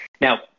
Now